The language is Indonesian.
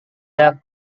tak